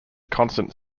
constant